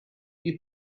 you